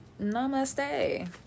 Namaste